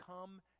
come